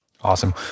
Awesome